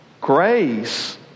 Grace